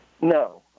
No